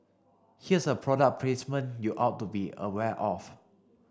here's a product placement you ought to be aware of